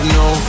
no